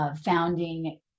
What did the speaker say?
founding